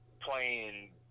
playing